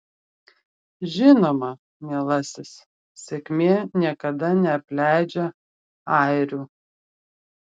žinoma mielasis sėkmė niekada neapleidžia airių